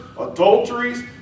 adulteries